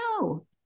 no